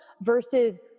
versus